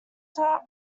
top